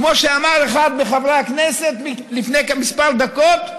כמו שאמר אחד מחברי הכנסת לפני כמה דקות,